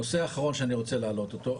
נושא אחרון שאני רוצה להעלות אותו,